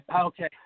Okay